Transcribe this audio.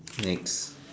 next